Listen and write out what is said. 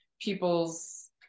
people's